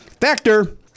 Factor